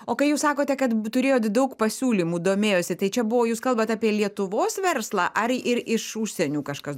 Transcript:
o kai jūs sakote kad turėjot daug pasiūlymų domėjosi tai čia buvo jūs kalbat apie lietuvos verslą ar ir iš užsienių kažkas